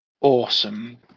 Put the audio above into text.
Awesome